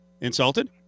insulted